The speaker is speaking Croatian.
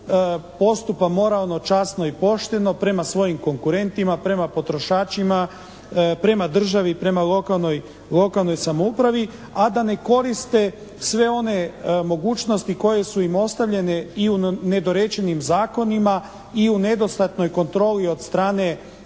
postupa moralno, časno i pošteno prema svojim konkurentima, prema potrošačima, prema državi i prema lokalnoj samoupravi, a da ne koriste sve one mogućnosti koje su im ostavljene i u nedorečenim zakonima i u nedostatnoj kontroli od strane